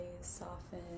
soften